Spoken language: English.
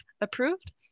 approved